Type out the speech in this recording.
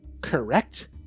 correct